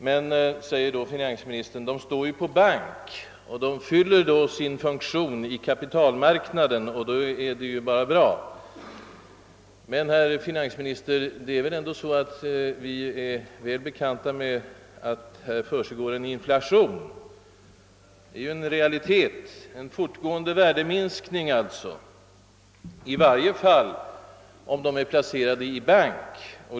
Men, säger finansministern, pengarna står på bank och fyller sin funktion i kapitalmarknaden, och då är det bara bra. Emellertid, herr finansminister, är det väl bekant för oss att det försiggår en inflation. Det är en realitet att en fortgående värdeminskning, drabbar dessa medel om de är placerade i bank.